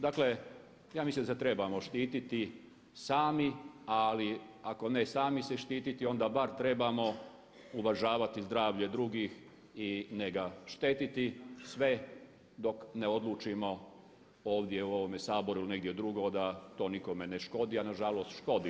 Dakle, ja mislim da se trebamo štiti sami ali ako ne sami se štititi onda bar trebamo uvažavati zdravlje drugih i ne ga štetiti sve dok ne odlučimo ovdje u ovome Saboru nešto drugo da to nikome ne škodi, a nažalost škodi.